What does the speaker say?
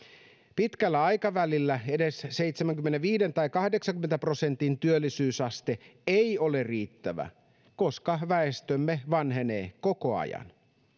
pitkällä aikavälillä edes seitsemänkymmenenviiden tai kahdeksankymmenen prosentin työllisyysaste ei ole riittävä koska väestömme vanhenee koko ajan